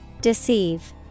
Deceive